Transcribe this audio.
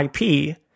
IP